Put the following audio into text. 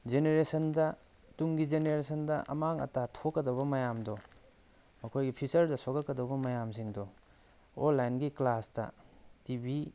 ꯖꯦꯅꯔꯦꯁꯟꯗ ꯇꯨꯡꯒꯤ ꯖꯦꯅꯔꯦꯁꯟꯗ ꯑꯃꯥꯡ ꯑꯇꯥ ꯊꯣꯛꯀꯗ ꯃꯌꯥꯝꯗꯣ ꯃꯈꯣꯏꯒꯤ ꯐ꯭ꯌꯨꯆꯔꯗ ꯁꯣꯛꯂꯛꯀꯧꯗꯕ ꯃꯌꯥꯝꯁꯤꯡꯗꯣ ꯑꯣꯟꯂꯥꯏꯟꯒꯤ ꯀ꯭ꯂꯥꯁꯇ ꯇꯤ ꯚꯤ